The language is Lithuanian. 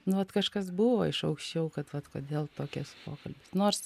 nu vat kažkas buvo iš aukščiau kad vat kodėl tokis pokalbis nors